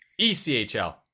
ECHL